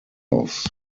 offs